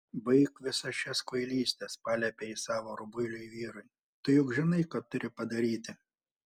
baik visas šias kvailystes paliepė ji savo rubuiliui vyrui tu juk žinai ką turi padaryti